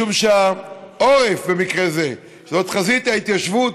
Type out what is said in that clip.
משום שהעורף, במקרה זה, זאת חזית ההתיישבות.